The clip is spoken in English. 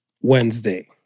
Wednesday